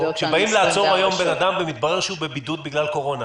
כשבאים לעצור היום אדם ומתברר שהוא בבידוד בגלל קורונה,